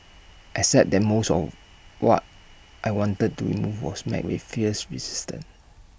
except that most of what I wanted to remove was met with fierce resistance